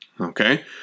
Okay